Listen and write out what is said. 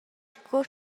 sco